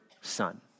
son